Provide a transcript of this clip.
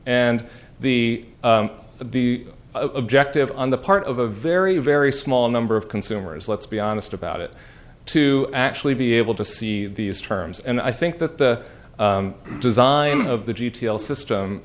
and the be objective on the part of a very very small number of consumers let's be honest about it to actually be able to see these terms and i think that the design of the g p l system